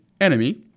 enemy